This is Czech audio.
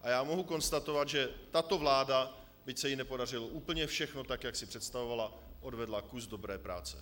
A já mohu konstatovat, že tato vláda, byť se jí nepodařilo úplně všechno tak, jak si představovala, odvedla kus dobré práce.